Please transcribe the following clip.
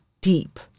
deep